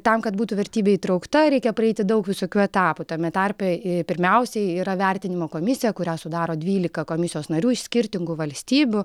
tam kad būtų vertybė įtraukta reikia praeiti daug visokių etapų tame tarpe pirmiausia yra vertinimo komisija kurią sudaro dvylika komisijos narių iš skirtingų valstybių